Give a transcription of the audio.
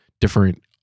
different